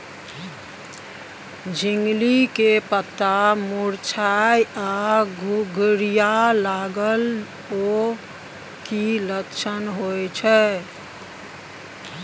झिंगली के पत्ता मुरझाय आ घुघरीया लागल उ कि लक्षण होय छै?